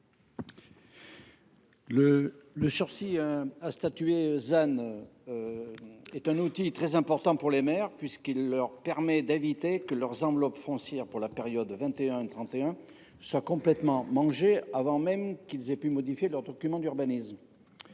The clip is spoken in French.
Le sursis à statuer ZAN est un outil très important pour les maires en ce qu’il leur permet d’éviter que leur enveloppe foncière pour la période 2021 2031 ne soit complètement mangée avant qu’ils n’aient pu modifier leurs documents d’urbanisme.